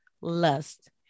lust